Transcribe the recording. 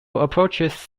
approaches